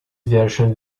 version